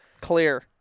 clear